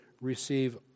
receive